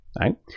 right